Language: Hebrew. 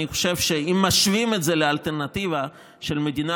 אני חושב שאם משווים את זה לאלטרנטיבה של מדינה